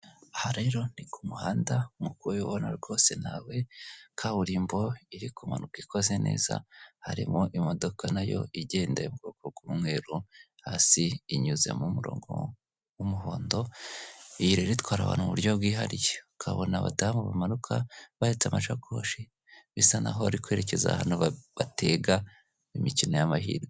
Aha rero ni ku muhanda nkuko ubibona rwose nawe, kaburimbo iri kumanuka ikoze neza, harimo imodoka nayo igenda ubwoko bw'umweru hasi inyuze mu murongo w'umuhondo, iyi itwara abantu mu buryo bwihariye ukabona abadamu bamanuka bahetse amashakoshi bisa naho bari kwerekeza ahantu batega imikino y'amahirwe.